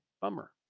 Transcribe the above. Bummer